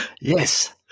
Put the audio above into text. Yes